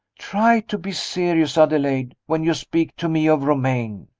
try to be serious, adelaide, when you speak to me of romayne,